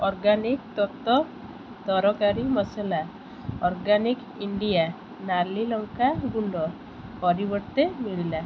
organic ତତ୍ତ୍ଵ ତରକାରୀ ମସଲା ଅର୍ଗାନିକ୍ ଇଣ୍ଡିଆ ନାଲି ଲଙ୍କା ଗୁଣ୍ଡ ପରିବର୍ତ୍ତେ ମିଳିଲା